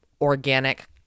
Organic